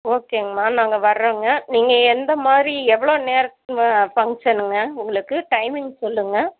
ஓகேங்கம்மா நாங்கள் வர்றோங்க நீங்கள் எந்த மாதிரி எவ்வளோ நேரத்தில் ஃபங்க்ஷனுங்க உங்களுக்கு டைமிங் சொல்லுங்கள்